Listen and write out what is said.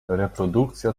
reprodukcja